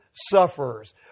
sufferers